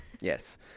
Yes